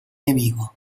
nemico